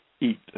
eat